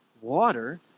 water